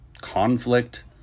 conflict